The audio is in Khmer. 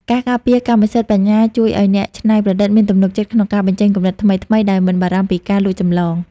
ការការពារកម្មសិទ្ធិបញ្ញាជួយឱ្យអ្នកច្នៃប្រឌិតមានទំនុកចិត្តក្នុងការបញ្ចេញគំនិតថ្មីៗដោយមិនបារម្ភពីការលួចចម្លង។